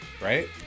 right